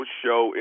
show